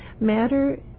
matter